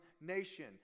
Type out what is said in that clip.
nation